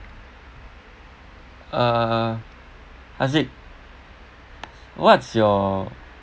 uh haziq what's your